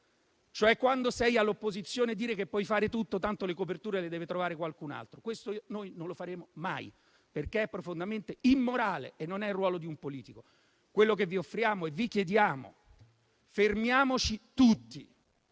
cioè quando si è all'opposizione dire che si può fare tutto, tanto le coperture le deve trovare qualcun altro. Questo non lo faremo mai, perché è profondamente immorale e non è il ruolo di un politico. Quello che vi offriamo e vi chiediamo è: fermiamoci tutti